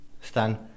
Stan